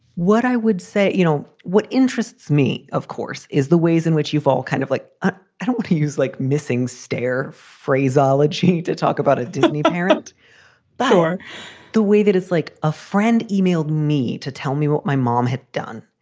what i would say, you know, what interests me, of course, is the ways in which you've all kind of like ah i don't want to use like missings stair phraseology to talk about a disney parent power the way that it's like a friend emailed me to tell me what my mom had done.